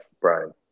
Brian